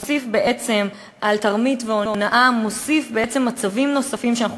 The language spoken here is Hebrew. ההסדר מוסיף על תרמית והונאה מצבים שאנחנו